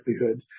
likelihood